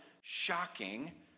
shocking